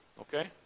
Okay